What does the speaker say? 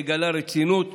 מגלה רצינות.